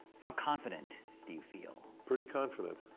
how confident do you feel? pretty confident.